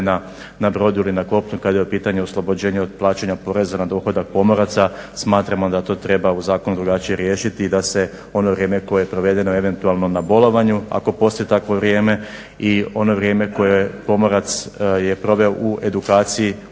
na brodu ili na kopnu kada je u pitanju oslobođenje od plaćanja poreza na dohodak pomoraca, smatramo da to treba u zakonu drugačije riješiti i da se ono vrijeme koje provede eventualno na bolovanju, ako postoji takvo vrijeme, i ono vrijeme koje pomorac je proveo u edukaciji,